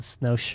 No